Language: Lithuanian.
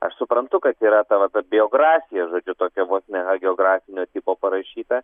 aš suprantu kad yra ta va ta biografija žodžiu tokia vos ne geografinio tipo parašyta